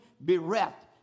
bereft